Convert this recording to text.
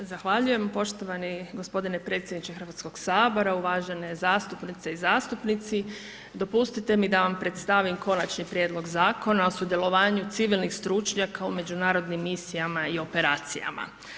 Zahvaljujem, poštovani gospodine predsjedniče Hrvatskog sabora, uvažene zastupnice i zastupnici, dopustite mi da vam predstavim Konačni prijedlog Zakona o sudjelovanju civilnih stručnjaka u međunarodnim misijama i operacijama.